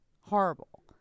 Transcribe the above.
Horrible